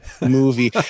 movie